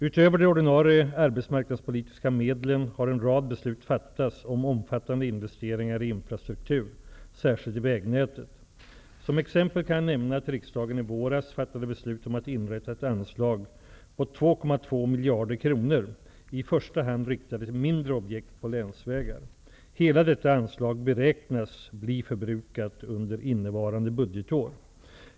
Utöver de ordinarie arbetsmarknadspolitiska medlen har en rad beslut fattats om omfattande investeringar i infrastruktur, särskilt i vägnätet. Som exempel kan jag nämna att riksdagen i våras fattade beslut om att inrätta ett anslag på 2,2 miljarder kronor, i första hand riktade till mindre objekt på länsvägar. Hela detta anslag beräknas bli förbrukat under innevarande budgetår.